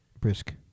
Brisk